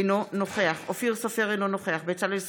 אינו נוכח אופיר סופר, אינו נוכח בצלאל סמוטריץ'